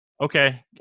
okay